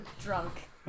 drunk